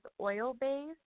oil-based